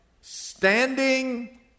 standing